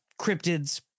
cryptids